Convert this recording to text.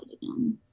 again